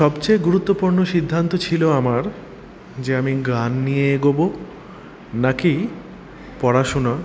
সবচেয়ে গুরুত্বপূর্ণ সিদ্ধান্ত ছিল আমার যে আমি গান নিয়ে এগোবো নাকি পড়াশুনো